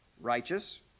Righteous